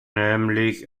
nämlich